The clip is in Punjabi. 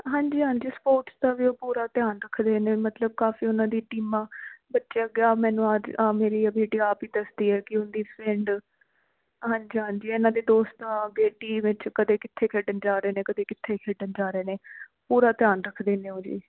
ਹਾਂਜੀ ਹਾਂਜੀ ਸਪੋਰਟਸ ਦਾ ਵੀ ਉਹ ਪੂਰਾ ਧਿਆਨ ਰੱਖਦੇ ਨੇ ਮਤਲਬ ਕਾਫੀ ਉਹਨਾਂ ਦੀ ਟੀਮਾਂ ਬੱਚਿਆਂ ਅੱਗੇ ਹਾਂ ਮੈਨੂੰ ਆਹ ਆ ਮੇਰੀ ਬੇਟੀ ਆਪ ਹੀ ਦੱਸਦੀ ਹੈ ਕਿ ਉਹਦੀ ਫਰੈਂਡ ਹਾਂਜੀ ਹਾਂਜੀ ਇਹਨਾਂ ਦੇ ਦੋਸਤਾਂ ਬੇਟੀ ਵਿੱਚ ਕਦੇ ਕਿੱਥੇ ਖੇਡਣ ਜਾ ਰਹੇ ਨੇ ਕਦੇ ਕਿੱਥੇ ਖੇਡਣ ਜਾ ਰਹੇ ਨੇ ਪੂਰਾ ਧਿਆਨ ਰੱਖਦੇ ਨੇ ਉਹ ਵੀ